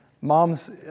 Moms